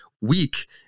weak